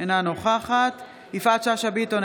אינה נוכחת יפעת שאשא ביטון,